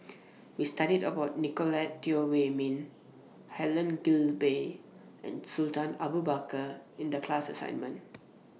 We studied about Nicolette Teo Wei Min Helen Gilbey and Sultan Abu Bakar in The class assignment